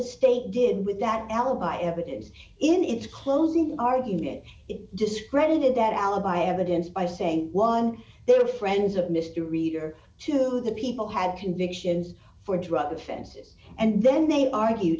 state did with that alibi evidence in its closing argument it discredited that alibi evidence by saying one they were friends of mr reed or to the people had convictions for drug offenses and then they argue